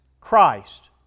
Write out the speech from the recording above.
Christ